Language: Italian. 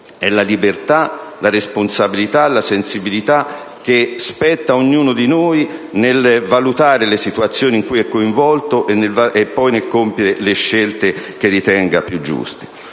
la libertà, la responsabilità e la sensibilità che spettano ad ognuno di noi nel valutare le situazioni in cui si è coinvolti e nel compiere poi le scelte che si ritengano più giuste.